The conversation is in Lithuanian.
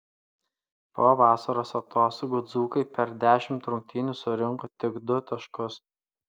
po vasaros atostogų dzūkai per dešimt rungtynių surinko tik du taškus